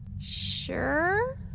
Sure